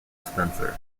spencer